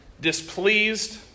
Displeased